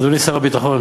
אדוני שר הביטחון,